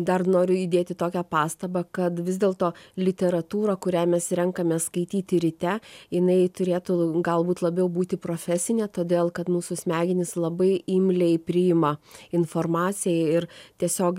dar noriu įdėti tokią pastabą kad vis dėlto literatūra kurią mes renkamės skaityti ryte jinai turėtų galbūt labiau būti profesinė todėl kad mūsų smegenys labai imliai priima informaciją ir tiesiog